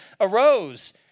arose